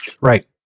Right